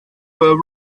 were